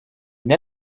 une